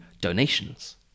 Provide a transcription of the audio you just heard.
donations